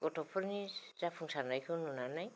गथ'फोरनि जाफुंसारनायखौ नुनानै